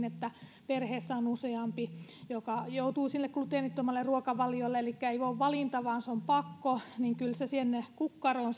että perheessä on useampi joka joutuu sille gluteenittomalle ruokavaliolle eli ei ole valinta vaan se on pakko niin kyllä se sinne kukkaroon